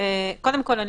קודם כל,